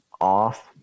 off